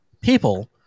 people